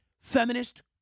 Feminist